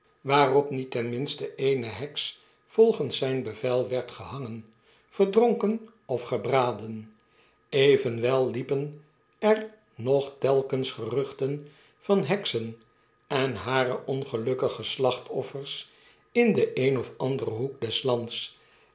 waarop niet ten minste eene heks volgens zijn bevel werd gehangen verdronken of gebraden evenwel liepen er nog telkens geruchten van heksen en hare ongelukkige slachtoffers in den een of anderen hoek des lands